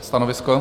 Stanovisko?